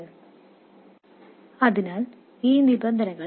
കുറഞ്ഞത് ഈ ഘടകങ്ങളിൽ ഒന്നെങ്കിലും ഫ്രീക്വെൻസി ഡിപെൻഡെന്റ് ആയിരിക്കണം